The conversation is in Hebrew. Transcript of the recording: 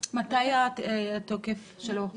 מתי התוקף שלה ---?